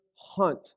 Hunt